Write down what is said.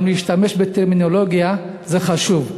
גם הטרמינולוגיה שמשתמשים בה חשובה.